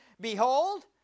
Behold